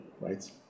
right